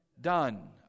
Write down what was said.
done